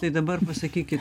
tai dabar pasakykit